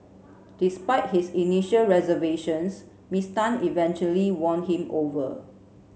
despite his initial reservations Miss Tan eventually won him over